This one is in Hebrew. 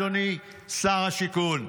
אדוני שר השיכון.